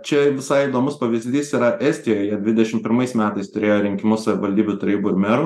čia visai įdomus pavyzdys yra estijoje dvidešim pirmais metais turėjo rinkimus savivaldybių tarybų ir merų